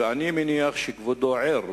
ואני מניח שכבודו ער,